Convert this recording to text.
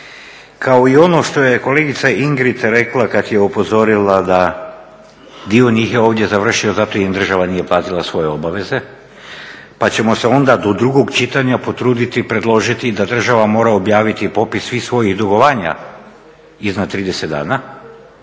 Kao i ono što je kolegica Ingrid rekla kad je upozorila da dio njih je ovdje završio zato jer im država nije platila svoje obaveze pa ćemo se onda do drugog čitanja potruditi predložiti da država mora objaviti popis svih svojih dugovanja iznad 30 dana